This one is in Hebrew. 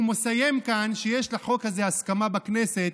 הוא מסיים כאן בזה שיש לחוק הזה הסכמה בכנסת.